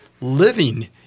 living